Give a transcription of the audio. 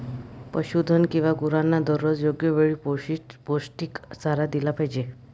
पशुधन किंवा गुरांना दररोज योग्य वेळी पौष्टिक चारा दिला पाहिजे